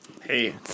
Hey